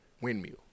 Windmill